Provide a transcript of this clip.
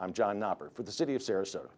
i'm john for the city of sarasota